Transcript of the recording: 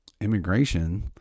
immigration